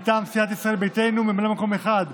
מטעם סיעת ישראל ביתנו ממלא מקום אחד: